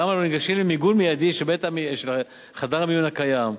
למה לא ניגשים למיגון מיידי של חדר המיון הקיים,